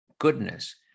goodness